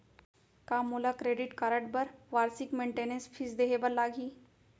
का मोला credit card बर वार्षिक मेंटेनेंस फीस देहे बर लागही?